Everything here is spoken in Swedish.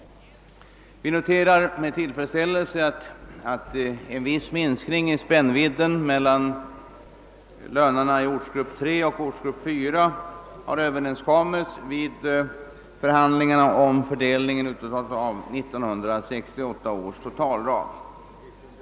Vi noterar med tillfredsställelse att en viss minskning av spännvidden mellan lönerna i ortsgrupp 3 och ortsgrupp 4 har åstadkommits vid förhandlingarna om fördelningen av 1968 års totalram.